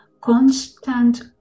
constant